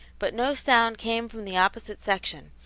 but no sound came from the opposite section,